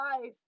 life